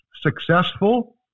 successful